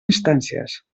instàncies